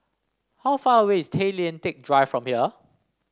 how far away is Tay Lian Teck Drive from here